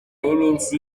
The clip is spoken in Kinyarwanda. y’iminsi